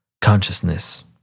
consciousness